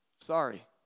sorry